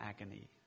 agony